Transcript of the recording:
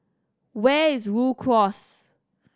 where is Rhu Cross